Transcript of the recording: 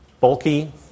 bulky